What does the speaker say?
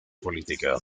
política